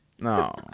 No